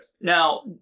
Now